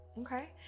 okay